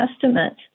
Testament